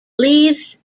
leaves